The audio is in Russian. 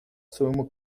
своему